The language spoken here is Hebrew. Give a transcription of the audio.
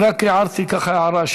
רק הערתי הערה,